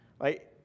right